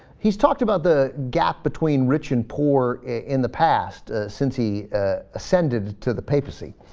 he's talked about the gap between rich and poor in the past santee ascended to the papacy